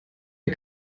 der